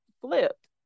flipped